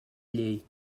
llei